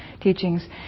teachings